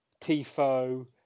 Tifo